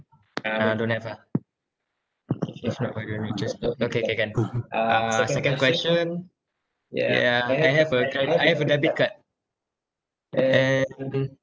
uh don't have ah okay K can uh second question yeah I have a I have a debit card and